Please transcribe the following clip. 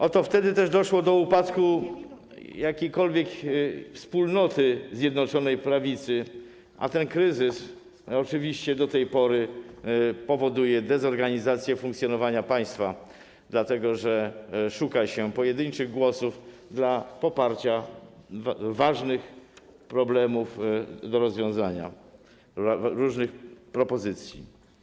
Oto wtedy też doszło do upadku jakiejkolwiek wspólnoty Zjednoczonej Prawicy, a ten kryzys oczywiście do tej pory powoduje dezorganizację funkcjonowania państwa, dlatego że szuka się pojedynczych głosów dla poparcia w sprawie ważnych problemów do rozwiązania, różnych propozycji.